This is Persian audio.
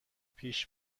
پیش